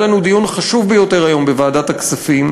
היה לנו דיון חשוב ביותר היום בוועדת הכספים,